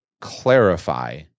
clarify